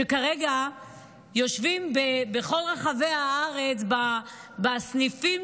שכרגע יושבים בכל רחבי הארץ בסניפים